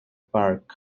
park